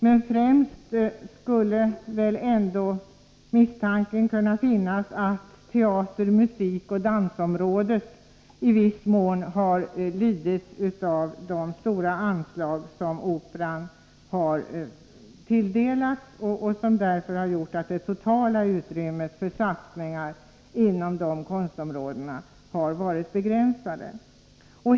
Men misstanken kan väl ändå finnas att främst teater-, musikoch dansområdena har blivit lidande på grund av de stora anslag som Operan har tilldelats. Det har gjort att det totala utrymmet för satsningar inom dessa konstområden har varit begränsat.